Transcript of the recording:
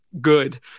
good